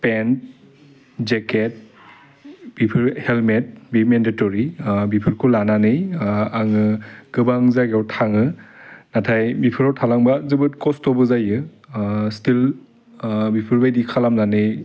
PAN jacket बेफोर helmet बे mandatory बेफोरखौ लानानै आङो गोबां जायगायाव थाङो नाथाय बेफोराव थालांबा जोबोर खस्थबो जायो स्थिल बेफोर बायदि खालामनानै